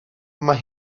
mae